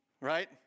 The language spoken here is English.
Right